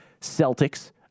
Celtics